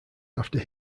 after